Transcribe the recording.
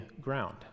ground